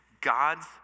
God's